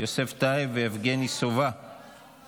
14 בעד, אין מתנגדים, אין נמנעים.